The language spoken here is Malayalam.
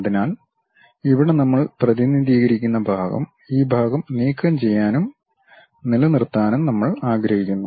അതിനാൽ ഇവിടെ നമ്മൾ പ്രതിനിധീകരിക്കുന്ന ഭാഗം ഈ ഭാഗം നീക്കംചെയ്യാനും നിലനിർത്താനും നമ്മൾ ആഗ്രഹിക്കുന്നു